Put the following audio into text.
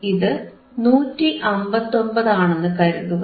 ഇത് 159 ആണെന്ന് കരുതുക